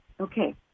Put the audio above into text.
Okay